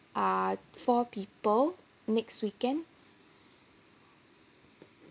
uh four people next weekend